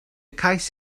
cais